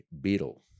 beetle